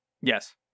Yes